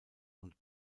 und